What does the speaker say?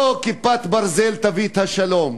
לא "כיפת ברזל" תביא את השלום.